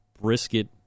brisket